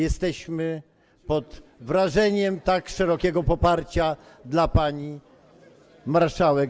Jesteśmy pod wrażeniem tak szerokiego poparcia dla pani marszałek